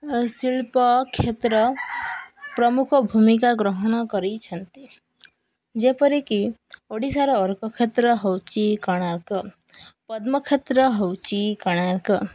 ଶିଳ୍ପ କ୍ଷେତ୍ର ପ୍ରମୁଖ ଭୂମିକା ଗ୍ରହଣ କରିଛନ୍ତି ଯେପରିକି ଓଡ଼ିଶାର ଅର୍କକ୍ଷେତ୍ର ହେଉଛି କୋଣାର୍କ ପଦ୍ମକ୍ଷେତ୍ର ହେଉଛି କୋଣାର୍କ